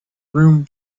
room